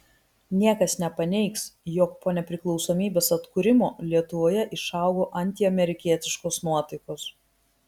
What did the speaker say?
niekas nepaneigs jog po nepriklausomybės atkūrimo lietuvoje išaugo antiamerikietiškos nuotaikos